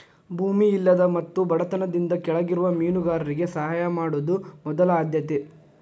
ಭೂಮಿ ಇಲ್ಲದ ಮತ್ತು ಬಡತನದಿಂದ ಕೆಳಗಿರುವ ಮೇನುಗಾರರಿಗೆ ಸಹಾಯ ಮಾಡುದ ಮೊದಲ ಆದ್ಯತೆ